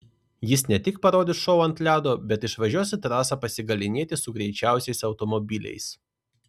jis ne tik parodys šou ant ledo bet išvažiuos į trasą pasigalynėti su greičiausiais automobiliais